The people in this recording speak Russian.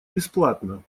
бесплатно